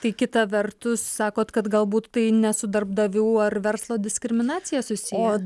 tai kita vertus sakote kad galbūt tai ne su darbdavių ar verslo diskriminacija susiję o